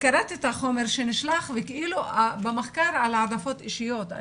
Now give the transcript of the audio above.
קראתי את החומר שנשלח וכאילו במחקר על העדפות אישיות.